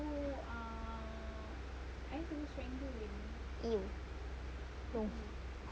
!eww!